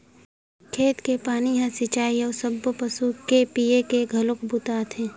खेत के पानी ह चिरई अउ सब्बो पसु के पीए के घलोक बूता आथे